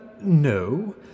no